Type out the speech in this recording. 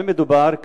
במה מדובר?